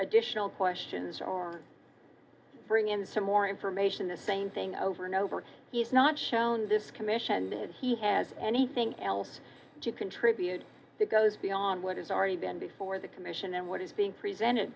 additional questions or bring in some more information the same thing over and over he's not shown this commission he has anything else to contribute that goes beyond what is already been before the commission and what is being presented